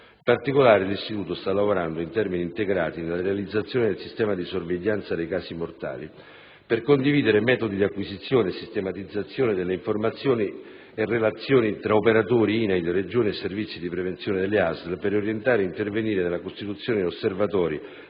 In particolare, l'Istituto sta lavorando in termini integrati nella realizzazione del sistema di sorveglianza dei casi mortali, per condividere metodi di acquisizione e sistematizzazione delle informazioni e relazionali tra operatori INAIL, Regioni e servizi di prevenzione delle ASL, per orientare azioni e intervenire nella costituzione di osservatori